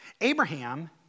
Abraham